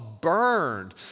burned